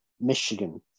Michigan